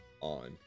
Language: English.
on